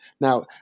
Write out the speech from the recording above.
Now